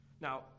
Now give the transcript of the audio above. Now